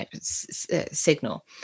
signal